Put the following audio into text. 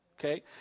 okay